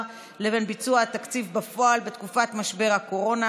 לבין ביצוע התקציב בפועל בתקופת משבר הקורונה.